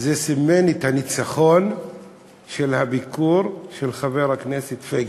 זה סימן את הניצחון של הביקור של חבר הכנסת פייגלין,